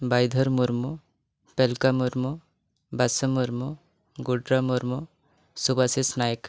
Baidhar Murmu Talka Murmu Bas Murmu Gudra Murmu Subhasish Nayak